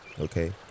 okay